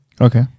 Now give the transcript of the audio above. okay